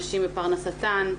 נשים ופרנסתן,